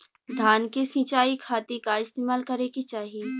धान के सिंचाई खाती का इस्तेमाल करे के चाही?